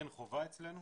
אין חובה אצלנו,